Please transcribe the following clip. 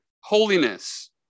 holiness